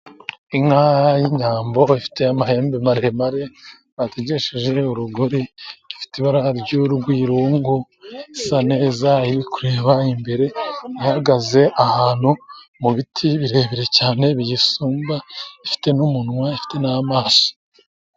Inka y'inyambo ifite amahembe maremare bategesheje urugori rufite ibara ry'urugwirungu ,isa neza iri kureba imbere, ihagaze ahantu mu biti birebire cyane biyisumba ifite n'umunwa ifite n'amaso.